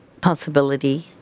possibility